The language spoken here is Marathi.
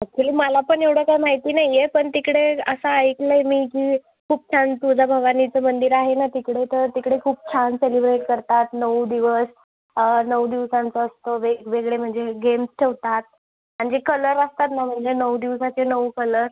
ॲक्चुअली मला पण एवढं काय माहिती नाही पण तिकडे असं ऐकलं आहे मी की खूप छान तुळजा भवानीचं मंदिर आहे ना तिकडे तर तिकडे खूप छान सेलिब्रेट करतात नऊ दिवस नऊ दिवसांचं असतं वेगवेगळे म्हणजे गेम्स ठेवतात आणि जे कलर असतात ना म्हणजे नऊ दिवसांचे नऊ कलर